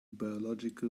biological